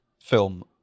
film